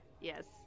yes